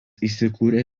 įsikūrė